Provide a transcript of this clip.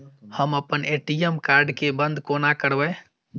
हम अप्पन ATM card केँ बंद कोना करेबै?